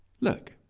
Look